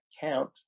count